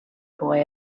boy